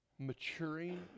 Maturing